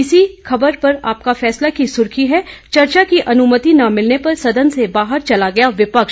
इसी खबर पर आपका फैसला की सुर्खी है चर्चा की अनुमति न मिलने पर सदन से बाहर चला गया विपक्ष